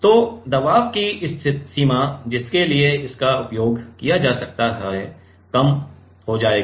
तो दबाव की सीमा जिसके लिए इसका उपयोग किया जा सकता है कम होगा